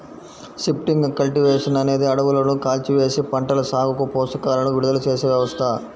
shifting cultivation అనేది అడవులను కాల్చివేసి, పంటల సాగుకు పోషకాలను విడుదల చేసే వ్యవస్థ